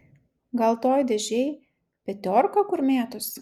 gal toj dėžėj petiorka kur mėtosi